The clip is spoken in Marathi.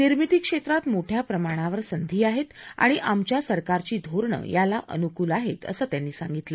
निर्मिती क्षेत्रात मोठ्या प्रमाणावर संधी आहेत आणि आमच्या सरकारची धोरणं याला अनुकूल आहेत असं त्यांनी सांगितलं